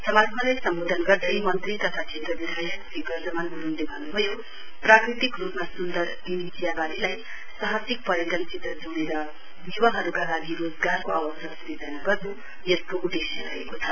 समारोहलाई सम्वोधन गर्दै मन्त्री तथा क्षेत्र विधायक श्री गर्जमान ग्रूङले भन्न्भयो प्राकृतिक रूपमा सुन्दर तिमी चियावारीलाई साहसिक पर्यटनसित जोड़ेर युवाहरूका लागि रोजगारको अवसर सूजना गर्न् यसको उदेश्य रहेको छ